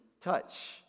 touch